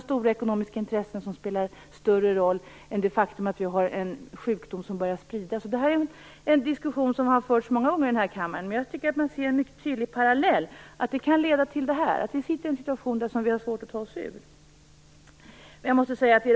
Stora ekonomiska intressen spelar större roll än det faktum att en sjukdom börjar spridas. Detta är en diskussion som har förts många gånger i denna kammare. Jag tycker att man ser en mycket tydlig parallell. Det kan leda till att vi hamnar i en situation som vi har svårt att ta oss ur.